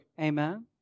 Amen